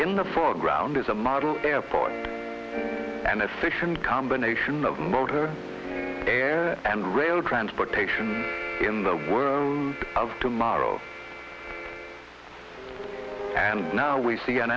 the foreground is a model airport an efficient combination of motor air and rail transportation in the world of tomorrow and now we see an